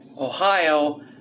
Ohio